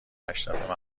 اشرف